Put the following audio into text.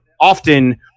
often